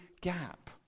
gap